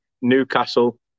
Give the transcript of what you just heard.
Newcastle